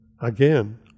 Again